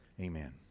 Amen